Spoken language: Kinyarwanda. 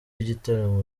w’igitaramo